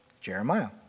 Jeremiah